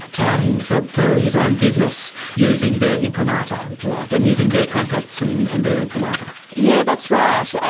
touting for for his own business using their imprimatur, if you like, and using their contacts and and their imprimatur. yes, yeah that's right, and